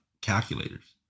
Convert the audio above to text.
calculators